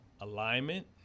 alignment